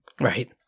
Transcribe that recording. Right